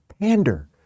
pander